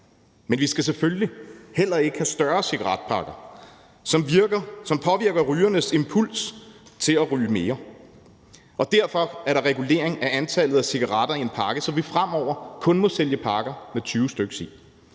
Men vi skal selvfølgelig heller ikke have større cigaretpakker, som påvirker rygernes impuls til at ryge mere, og derfor er der regulering af antallet af cigaretter i en pakke, så vi fremover kun må sælge pakker med 20 stk. i.